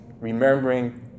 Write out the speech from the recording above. remembering